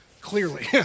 Clearly